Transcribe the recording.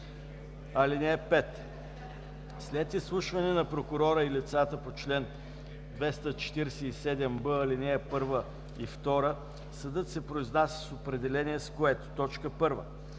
(5) След изслушване на прокурора и лицата по чл. 247б, ал. 1 и 2 съдът се произнася с определение, с което: 1.